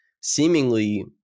seemingly